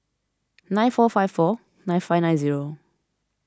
nine four five four nine five nine zero